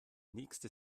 nächste